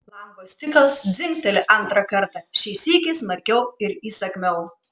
lango stiklas dzingteli antrą kartą šį sykį smarkiau ir įsakmiau